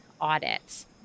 audits